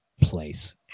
place